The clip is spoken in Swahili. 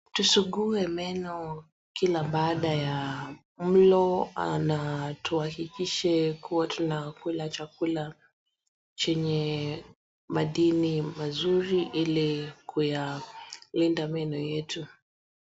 Tusungue meno kila baada ya mlo na tuhakikishe kuwa tunakula chakula chenye madini mazuri ili kuyalinda meno yetu.